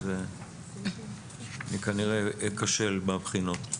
אז אני כנראה אכשל בבחינות.